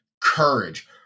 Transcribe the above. courage